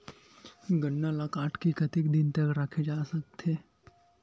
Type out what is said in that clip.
गन्ना ल काट के कतेक दिन तक रखे जा सकथे?